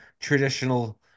traditional